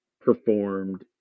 performed